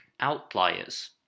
Outliers